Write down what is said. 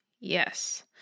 Yes